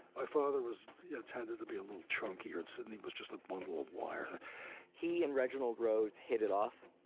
my father was yeah tended to be a little chunky or it suddenly was just a bundle of wire he and reginald rhodes hit it off.